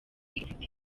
ifite